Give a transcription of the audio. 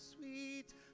sweet